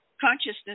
consciousness